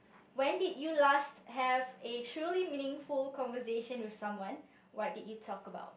when did you last have a truly meaningful conversation with someone what did you talk about